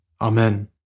Amen